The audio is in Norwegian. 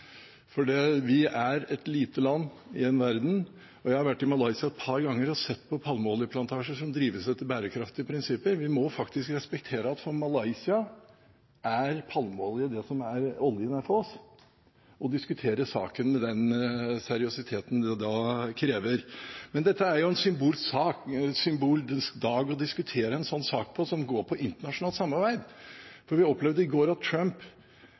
for vi er et lite land i verden. Jeg har vært i Malaysia et par ganger og sett på palmeoljeplantasjer som drives etter bærekraftige prinsipper. Vi må faktisk respektere at for Malaysia er palmeolje det samme som nordsjøoljen er for oss, og diskutere saken med den seriøsiteten som da kreves. Dette er en symbolsk dag å diskutere en sånn sak, som går på internasjonalt samarbeid, på. Vi opplevde i går at Trump